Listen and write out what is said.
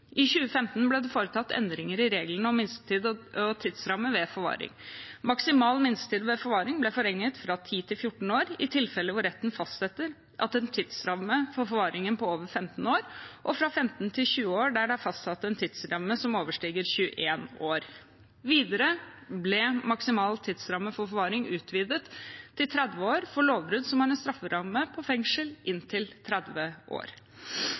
I 2015 ble det foretatt endringer i reglene om minstetid og tidsramme ved forvaring. Maksimal minstetid ved forvaring ble forlenget fra 10 år til 14 år i tilfeller hvor retten fastsetter en tidsramme for forvaringen på over 15 år, og fra 15 til 20 år der det er fastsatt en tidsramme som overstiger 21 år. Videre ble maksimal tidsramme for forvaring utvidet til 30 år for lovbrudd som har en strafferamme på fengsel i inntil 30 år.